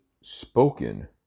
spoken